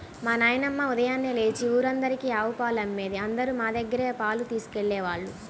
మా నాన్నమ్మ ఉదయాన్నే లేచి ఊరందరికీ ఆవు పాలమ్మేది, అందరూ మా దగ్గరే పాలు తీసుకెళ్ళేవాళ్ళు